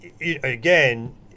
again